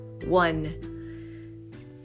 One